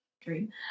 dream